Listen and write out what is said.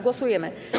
Głosujemy.